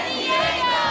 Diego